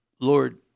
Lord